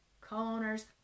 co-owners